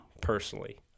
personally